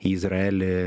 į izraelį